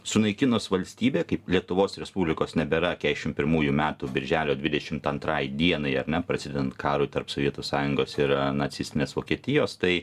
sunaikinus valstybę kaip lietuvos respublikos nebėra kešim pirmųjų metų birželio dvidešimt antrai dienai ar ne prasidedant karui tarp sovietų sąjungos ir nacistinės vokietijos tai